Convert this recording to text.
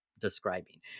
describing